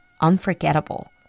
unforgettable